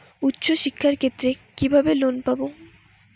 উচ্চশিক্ষার ক্ষেত্রে কিভাবে লোন পাব?